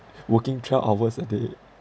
working twelve hours a day